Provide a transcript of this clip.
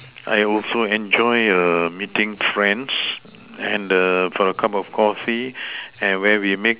I also enjoy meeting friends and for a cup of Coffee and where we meet